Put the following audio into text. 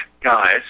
guys